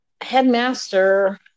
Headmaster